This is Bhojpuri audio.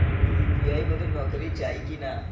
यू.पी.आई बदे नौकरी चाही की ना?